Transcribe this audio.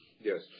Yes